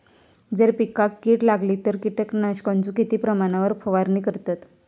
जर पिकांका कीड लागली तर कीटकनाशकाचो किती प्रमाणावर फवारणी करतत?